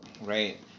right